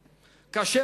לעכשיו,